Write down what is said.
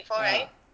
ah